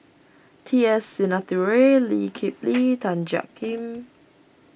T S Sinnathuray Lee Kip Lee Tan Jiak Kim